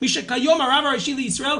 מי שכיום הרב הראשי לישראל,